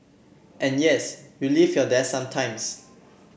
and yes you leave your desk sometimes